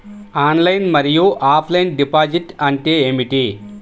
Online మరియు offline deposit అంటే ఏమిటి?